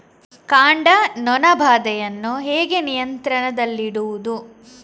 ಕಾಂಡ ನೊಣ ಬಾಧೆಯನ್ನು ಹೇಗೆ ನಿಯಂತ್ರಣದಲ್ಲಿಡುವುದು?